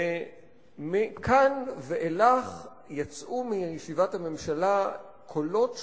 ומכאן ואילך יצאו מישיבת הממשלה קולות שונים,